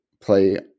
play